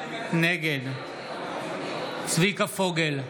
נגד צביקה פוגל,